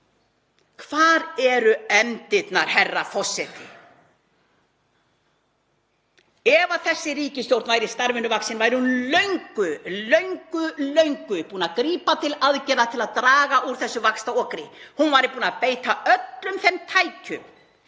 Hvar eru efndirnar, herra forseti? Ef þessi ríkisstjórn væri starfinu vaxin væri hún löngu búin að grípa til aðgerða til að draga úr þessu vaxtaokri. Hún væri búin að beita öllum þeim tækjum